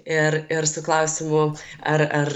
ir ir su klausimu ar ar